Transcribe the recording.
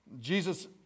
Jesus